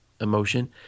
emotion